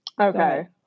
Okay